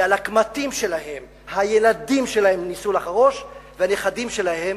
ועל הקמטים שלהם הילדים שלהם ניסו לחרוש והנכדים שלהם,